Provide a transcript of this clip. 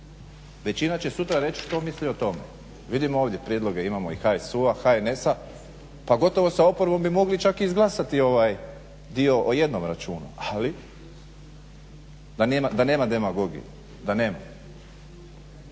većina će sutra reći što misli o tome. Vidim ovdje prijedloge imamo i HSU-a, HNS-a pa gotovo s oporbom bi mogli čak i izglasati ovaj dio o jednom računu. Ali da nema demagogije, da nema.